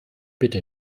bitte